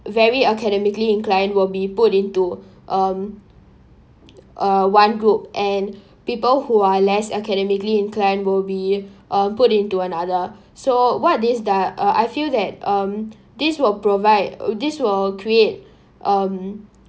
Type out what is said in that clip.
very academically inclined will be put into um uh one group and people who are less academically inclined will be um put into another so what this does uh I feel that um this will provide this will create um